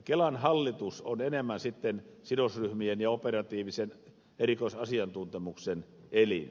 kelan hallitus on enemmän sitten sidosryhmien ja operatiivisen erikoisasiantuntemuksen elin